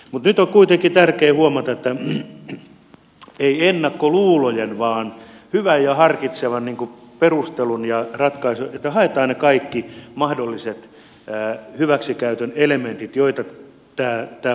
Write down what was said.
nyt on kuitenkin tärkeä huomata että ei ennakkoluulojen vaan hyvän ja harkitsevan perustelun avulla haetaan ne kaikki mahdolliset hyväksikäytön elementit joita tämä voi tuoda meille tielle